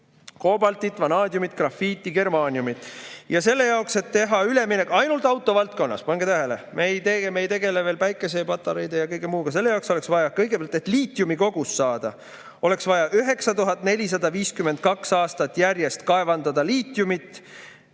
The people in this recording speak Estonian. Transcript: koobaltit, vanaadiumit, grafiiti ja germaaniumit. Ja selle jaoks, et teha üleminek ainult autovaldkonnas – pange tähele, me ei tegele veel päikesepatareide ja kõige muuga – ja kõigepealt, et liitiumikogust saada, oleks vaja 9452 aastat järjest kaevandada liitiumit